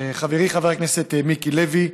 חברי חבר הכנסת מיקי לוי,